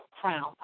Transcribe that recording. crown